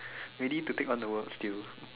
ready to take on the world still